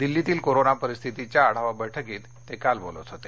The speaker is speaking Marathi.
दिल्लीतील कोरोना परिस्थितीच्या आढावा बैठकीत ते काल बोलत होते